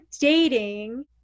dating